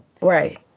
Right